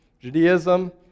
Judaism